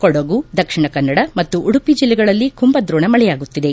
ಕೊಡುಗು ದಕ್ಷಿಣ ಕನ್ನಡ ಮತ್ತು ಉಡುಪಿ ಜಿಲ್ಲೆಗಳಲ್ಲಿ ಕುಂಭದ್ರೋಣ ಮಳೆಯಾಗುತ್ತಿದೆ